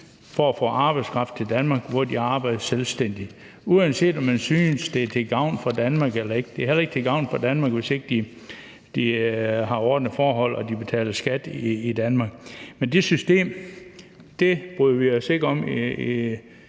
for at få arbejdskraft til Danmark, hvor de arbejder som selvstændige, uanset om man synes, det er til gavn for Danmark eller ikke. Det er heller ikke til gavn for Danmark, hvis ikke de har ordnede forhold og betaler skat i Danmark. Det system bryder vi os ikke om